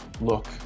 Look